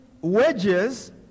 wages